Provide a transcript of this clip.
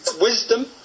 wisdom